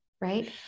right